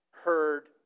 heard